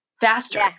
faster